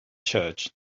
church